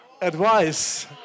advice